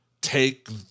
take